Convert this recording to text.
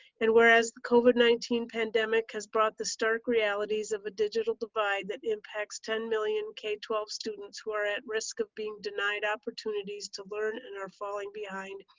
and whereas the covid nineteen pandemic has brought the stark realities of the digital divide that impacts ten million k twelve students who are at risk of being denied opportunities to learn and are falling behind,